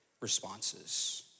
responses